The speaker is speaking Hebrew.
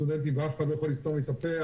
הסטודנטים ואף אחד לא יכול לסתום לי את הפה,